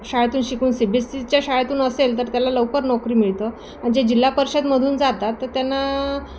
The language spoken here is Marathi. शाळेतून शिकून सी बी एस सीच्या शाळेतून असेल तर त्याला लवकर नोकरी मिळतं आणि जे जिल्हा परिषदमधून जातात तर त्यांना